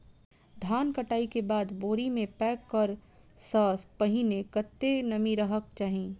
धान कटाई केँ बाद बोरी मे पैक करऽ सँ पहिने कत्ते नमी रहक चाहि?